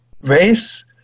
race